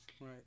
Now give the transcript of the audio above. right